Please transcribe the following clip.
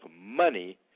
money